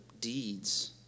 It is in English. deeds